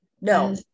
No